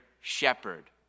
shepherd